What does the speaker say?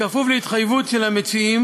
בכפוף להתחייבות של המציעים